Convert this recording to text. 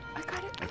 got it?